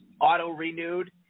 auto-renewed